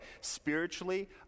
spiritually